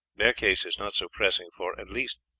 their case is not so pressing, for, at least,